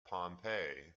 pompeii